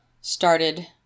started